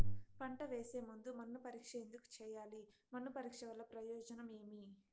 పంట వేసే ముందు మన్ను పరీక్ష ఎందుకు చేయాలి? మన్ను పరీక్ష వల్ల ప్రయోజనం ఏమి?